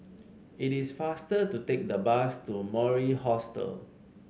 it is faster to take the bus to Mori Hostel